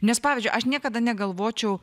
nes pavyzdžiui aš niekada negalvočiau